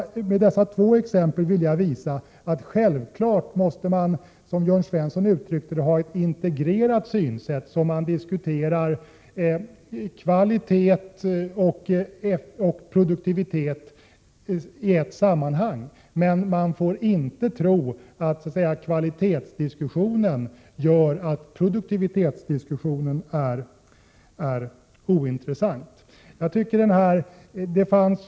Jag har med dessa två exempel velat visa att man självklart, såsom Jörn Svensson uttryckte det, måste ha ett integrerat synsätt där kvalitet och produktivitet diskuteras i ett sammanhang. Men man får inte tro att kvalitetsdiskussionen gör produktivitetsdiskussionen ointressant.